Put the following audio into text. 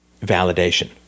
validation